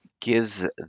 gives